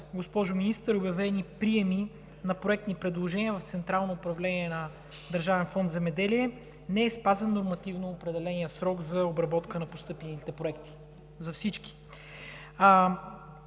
всичките обявени приеми на проектни предложения в Централно управление на Държавен фонд „Земеделие“ не е спазен нормативно определеният срок за обработка на постъпилите проекти. В тази